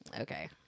Okay